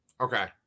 Okay